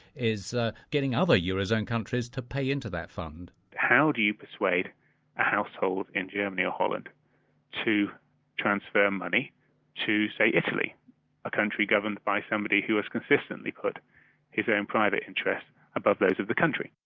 is ah getting other eurozone countries to pay into that fund how do you persuade a household in germany or holland to transfer money to, say, italy a country governed by somebody who has consistently put his own private interests above those of the country?